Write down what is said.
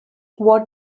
what